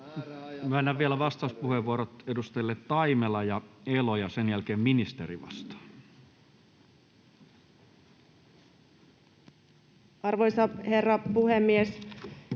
Myönnän vielä vastauspuheenvuorot edustajille Taimela ja Elo, ja sen jälkeen ministeri vastaa. [Speech 401] Speaker: